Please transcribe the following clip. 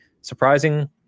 surprising